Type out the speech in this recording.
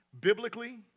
biblically